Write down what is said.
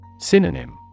Synonym